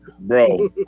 bro